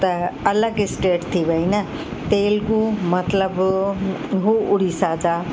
त अलॻि स्टेट थी वेई न तेलगू मतिलबु हू उड़ीसा जा